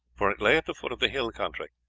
for it lay at the foot of the hill country,